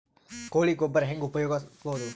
ಕೊಳಿ ಗೊಬ್ಬರ ಹೆಂಗ್ ಉಪಯೋಗಸಬಹುದು?